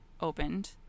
opened